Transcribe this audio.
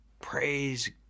Praise